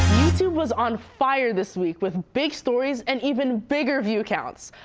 youtube was on fire this week with big stories and even bigger view counts.